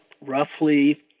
roughly